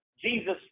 Jesus